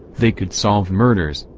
they could solve murders,